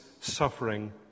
suffering